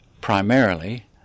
primarily